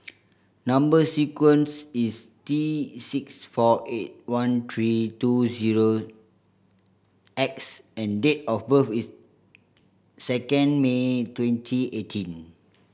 number sequence is T six four eight one three two zero X and date of birth is second May twenty eighteen